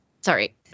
sorry